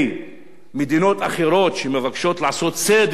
שמבקשות לעשות סדר בעולם ודמוקרטיה בעולם,